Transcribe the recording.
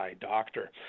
doctor